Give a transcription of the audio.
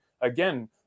again